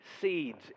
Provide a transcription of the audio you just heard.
seeds